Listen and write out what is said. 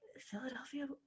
Philadelphia